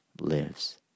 lives